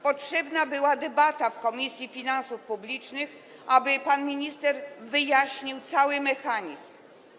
Potrzebna była debata w Komisji Finansów Publicznych, aby pan minister wyjaśnił cały mechanizm.